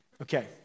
Okay